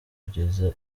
kugeza